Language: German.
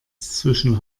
zwischen